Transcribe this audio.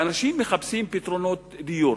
ואנשים מחפשים פתרונות דיור.